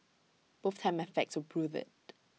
both time and facts will prove IT